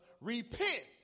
repent